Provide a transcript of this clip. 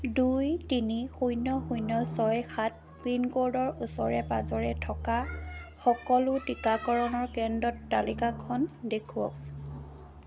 দুই তিনি শূন্য শূন্য ছয় সাত পিনক'ডৰ ওচৰে পাঁজৰে থকা সকলো টীকাকৰণ কেন্দ্ৰৰ তালিকাখন দেখুৱাওক